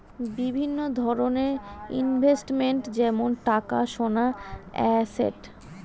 বিভিন্ন ধরনের ইনভেস্টমেন্ট যেমন টাকা, সোনা, অ্যাসেট